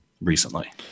recently